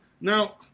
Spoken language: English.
Now